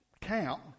count